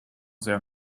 their